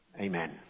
Amen